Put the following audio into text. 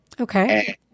Okay